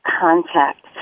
contact